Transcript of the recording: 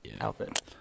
outfit